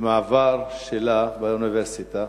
בדרכה לשיעור באוניברסיטה,